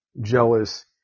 jealous